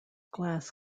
glass